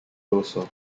also